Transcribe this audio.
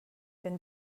been